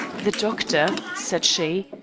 the doctor, said she,